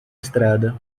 estrada